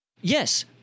Yes